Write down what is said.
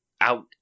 out